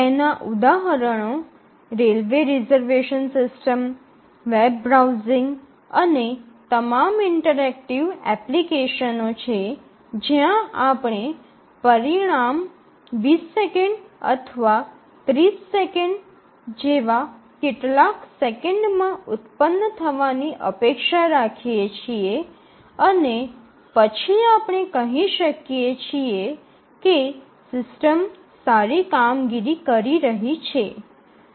તેના ઉદાહરણો railway reservation system web browsing અને તમામ ઇન્ટરેક્ટિવ એપ્લિકેશનો છે જ્યાં આપણે પરિણામ ૨0 સેકન્ડ અથવા ૩0 સેકન્ડ જેવા કેટલાક સેકન્ડમાં ઉત્પન્ન થવાની અપેક્ષા રાખીએ છીએ અને પછી આપણે કહી શકીએ છીએ કે સિસ્ટમ સારી કામગીરી કરી રહી છે